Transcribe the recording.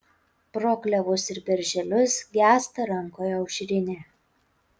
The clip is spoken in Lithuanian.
pro klevus ir berželius gęsta rankoje aušrinė